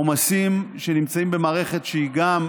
עומסים שנמצאים במערכת שהיא גם,